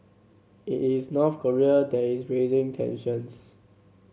it is North Korea that is raising tensions